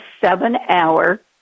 seven-hour